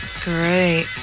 Great